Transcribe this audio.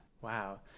Wow